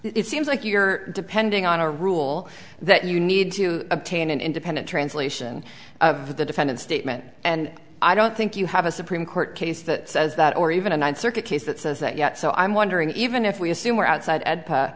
it seems like you're depending on a rule that you need to obtain an independent translation of the defendant statement and i don't think you have a supreme court case that says that or even a ninth circuit case that says that yet so i'm wondering even if we assume we're outside